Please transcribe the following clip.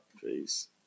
Peace